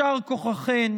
יישר כוחכן.